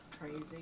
crazy